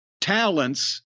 talents